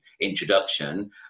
introduction